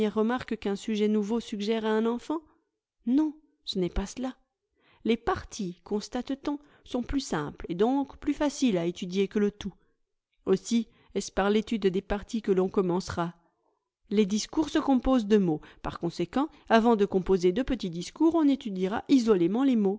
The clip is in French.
remarques qu'un sujet nouveau suggère à un enfant non ce n'est pas cela les parties constate t on sont plus simples et donc plus faciles à étudier que le tout aussi est-ce par l'étude des parties que l'on commencera les discours se composent de mots par conséquent avant de composer de petits discours on étudiera isolément les mots